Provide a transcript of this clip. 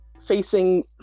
Facing